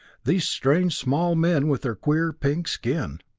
these strange small men with their queer pink skin.